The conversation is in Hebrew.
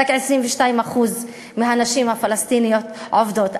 רק 22% מהנשים הפלסטיניות עובדות,